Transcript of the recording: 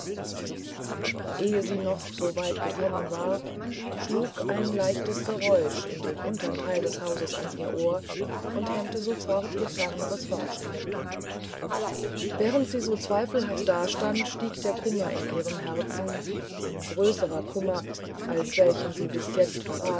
ehe sie noch weit gekommen war schlug ein leichtes geräusch in dem untern teile des hauses an ihr ohr und hemmte sofort ihr ferneresvorschreiten währendsiesozweifelhaftdastand stiegderkummerinihremherzeneingrößerer kummer als welchen sie bis jetzt